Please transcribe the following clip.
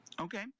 Okay